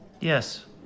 Yes